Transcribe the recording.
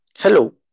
Hello